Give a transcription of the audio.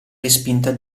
respinta